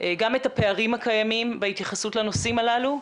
גם את הפערים הקיימים בהתייחסות לנושאים הללו,